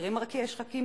מחירים מרקיעי שחקים